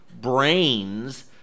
brains